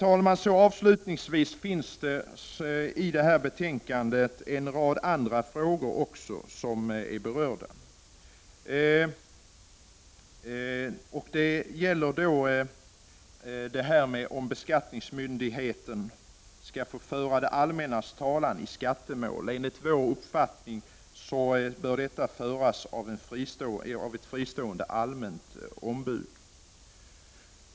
I detta betänkande berörs även en rad andra frågor, bl.a. frågan om beskattningsmyndighet skall få föra det allmännas talan i skattemål. Enligt vår uppfattning bör sådan talan föras av ett fristående allmänt ombud.